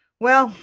well,